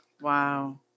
wow